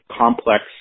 complex